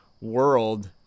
world